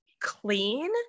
clean